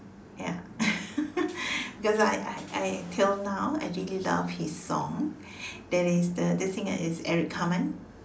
ya because I I I till now I really love his songs that is the singer is Eric Carmen